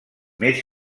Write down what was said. més